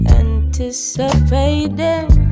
anticipating